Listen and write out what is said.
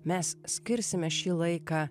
mes skirsime šį laiką